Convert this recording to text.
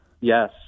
yes